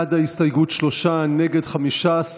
בעד ההסתייגות, שלושה, נגד, 15,